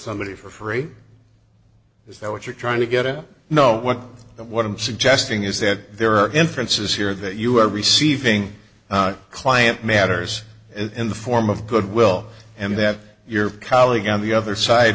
somebody for free is that what you're trying to get at no what i'm suggesting is that there are inferences here that you are receiving client matters in the form of goodwill and that your colleague on the other side